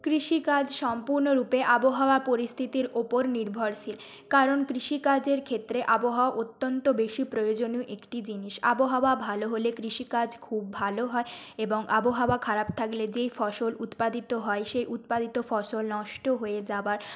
কৃষিকাজ সম্পূর্ণরূপে আবহাওয়া পরিস্থিতির ওপর নির্ভরশীল কারণ কৃষিকাজের ক্ষেত্রে আবহাওয়া অত্যন্ত বেশি প্রয়োজনীয় একটি জিনিস আবহাওয়া ভালো হলে কৃষিকাজ খুব ভালো হয় এবং আবহাওয়া খারাপ থাকলে যেই ফসল উৎপাদিত হয় সেই উৎপাদিত ফসল নষ্ট হয়ে যাবার